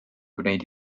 gwneud